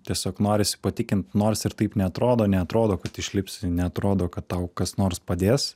tiesiog norisi patikint nors ir taip neatrodo neatrodo kad išlipsi neatrodo kad tau kas nors padės